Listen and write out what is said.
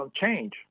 change